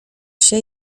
się